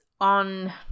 on